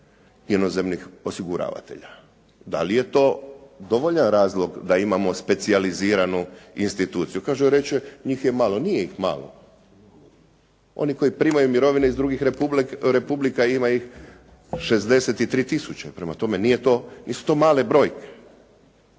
inozemnih osiguravatelja. Dali je to dovoljan razlog da imamo specijaliziranu instituciju? Kaže, reče njih je malo. Nije ih malo. Oni koji primaju mirovine iz drugih republika ima ih 63 tisuće. Prema tome, nisu to male brojke.